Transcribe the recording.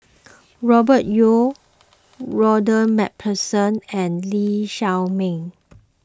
Robert Yeo Ronald MacPherson and Lee Shao Meng